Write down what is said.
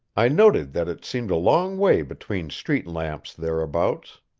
i noted that it seemed a long way between street-lamps thereabouts.